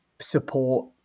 support